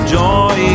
joy